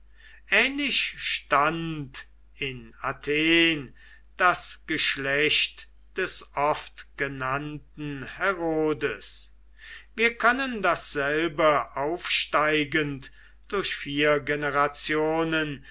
ähnlich stand in athen das geschlecht des oft genannten herodes wir können dasselbe aufsteigend durch vier generationen